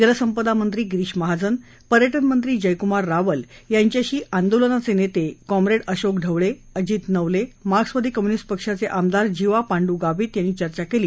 जलसंपदा मंत्री गिरीश महाजन पर्यटन मंत्री जयकूमार रावल यांच्याशी आंदोलनाचे नेते कॉमरेड अशोक ढवळे अजित नवले मार्क्सवादी कम्यूनिस्ट पक्षाचे आमदार जीवा पांडू गावित यांनी चर्चा केली